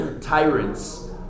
tyrants